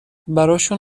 براشون